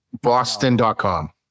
boston.com